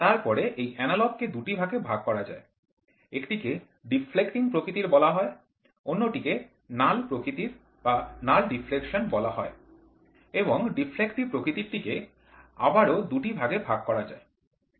তারপরে এই এনালগ কে দুটি ভাগে ভাগ করা যায় একটিকে ডিফ্লেক্টিং প্রকৃতির বলা হয় অন্যটি নাল প্রকৃতির নাল ডিফ্লেকশন বলা হয় এবং ডিফ্লেক্টিভ প্রকৃতির টিকে আবারও দুভাগে ভাগ করা যায়